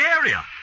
area